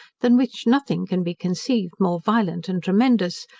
than which nothing can be conceived more violent and tremendous,